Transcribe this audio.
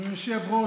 אדוני היושב-ראש,